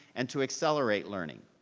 and to accelerate learning.